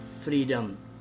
freedom